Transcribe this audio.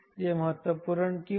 यह महत्वपूर्ण क्यों है